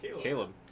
Caleb